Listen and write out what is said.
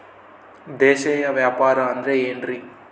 ದೇಶೇಯ ವ್ಯಾಪಾರ ಅಂದ್ರೆ ಏನ್ರಿ?